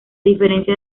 diferencia